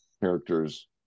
characters